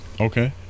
okay